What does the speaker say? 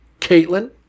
caitlin